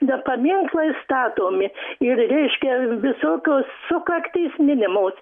bet paminklai statomi ir reiškia visokios sukaktys minimos